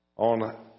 on